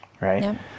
right